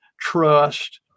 trust